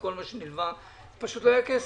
וכל מה שנלווה היא כי פשוט לא היה כסף.